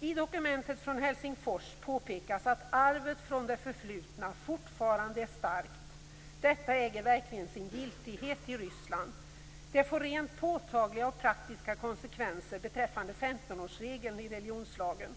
I dokumentet från Helsingfors påpekas att arvet från det förflutna fortfarande är starkt. Detta äger verkligen sin giltighet i Ryssland. Det får rent påtagliga och praktiska konsekvenser beträffande 15 årsregeln i religionslagen.